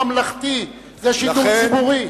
זה שידור ממלכתי, זה שידור ציבורי.